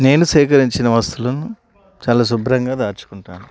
నేను సేకరించిన వస్తువులను చాలా శుభ్రంగా దాచుకుంటాను